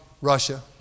Russia